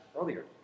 earlier